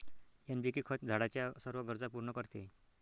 NPK खत झाडाच्या सर्व गरजा पूर्ण करते